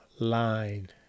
line